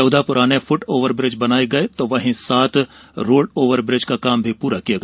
चौदह पुराने foot overbridge हटाये गये तो वहीं सात रोड ओवर ब्रिज का काम पूरा किया गया